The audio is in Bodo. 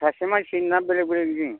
सासे मानसिनि ना बेलेग बेलेगनि